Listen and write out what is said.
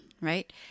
right